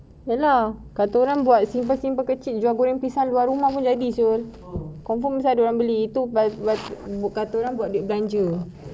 ya lah kata orang buat simpan-simpan kecil jual goreng pisang luar rumah pun jadi [siol] confirm ada orang beli itu bukan atur adik belanja